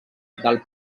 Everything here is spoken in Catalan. del